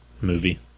movie